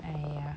!aiya!